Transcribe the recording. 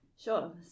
Sure